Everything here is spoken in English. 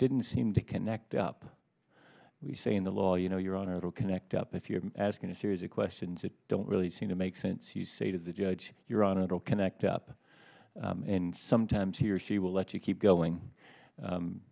didn't seem to connect up we say in the law you know your honor will connect up if you're asking a series of questions that don't really seem to make sense you say to the judge you're on it all connect up and sometimes he or she will let you keep going